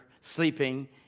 sleeping